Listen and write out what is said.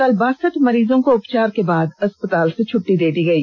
कल बासठ मरीजों को उपचार के बाद अस्पताल से छट्टी दे दी गई